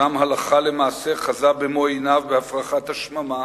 שם הלכה למעשה חזה במו עיניו בהפרחת השממה